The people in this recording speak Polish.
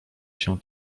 się